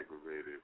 aggravated